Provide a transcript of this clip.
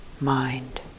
mind